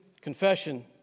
confession